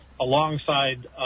alongside